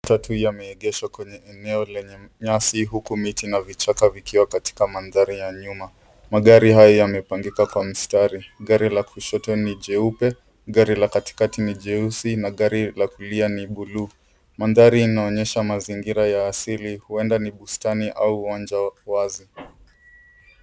Tatu yameegeshwa kwenye eneo lenye nyasi, huku miti na vichaka vikiwa katika mandhari ya nyuma. Magari haya yamepangika kwa mstari. Gari la kushoto ni jeupe, gari la katikati ni jeusi na gari la kulia ni bluu. Mandhari inaonyesha mazingira ya asili huenda ni bustani au uwanja wazi.